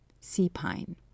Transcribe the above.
sea-pine